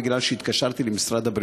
כי התקשרתי למשרד הבריאות.